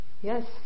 yes